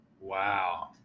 Wow